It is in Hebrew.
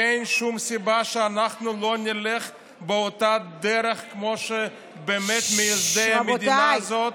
אין שום סיבה שאנחנו לא נלך באותה דרך כמו מייסדי המדינה הזאת.